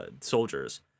soldiers